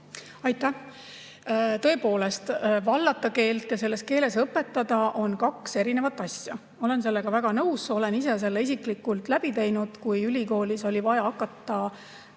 Aitäh! Tõepoolest, vallata keelt ja selles keeles õpetada on kaks erinevat asja. Olen sellega väga nõus, olen selle isiklikult läbi teinud, kui ülikoolis oli vaja hakata